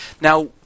Now